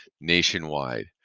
nationwide